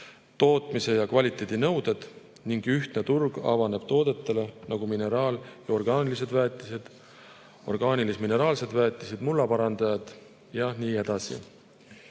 tootmise ja kvaliteedi nõuded ning ühtne turg avaneb sellistele toodetele nagu mineraal- ja orgaanilised väetised, orgaanilis-mineraalsed väetised, mullaparandajad ja